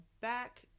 back